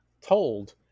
told